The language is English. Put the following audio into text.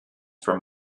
from